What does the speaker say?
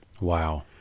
Wow